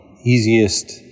easiest